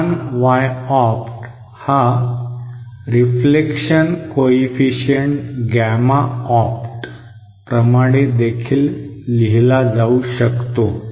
लहान Y opt हा reflection coefficient gamma opt प्रमाणे देखील लिहिला जाऊ शकतो